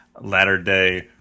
latter-day